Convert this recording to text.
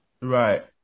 Right